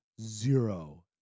zero